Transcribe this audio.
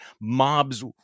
mobs